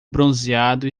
bronzeado